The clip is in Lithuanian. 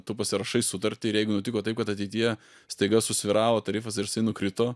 tu pasirašai sutartį ir jeigu nutiko taip kad ateityje staiga susvyravo tarifas ir jisai nukrito